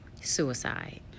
suicide